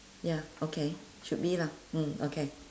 ya okay should be lah mm okay